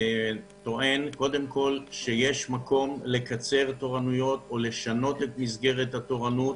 טוען שיש מקום לקצר תורנויות או לשנות את מסגרת התורנות.